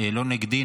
לא נגדי,